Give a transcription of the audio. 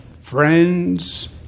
friends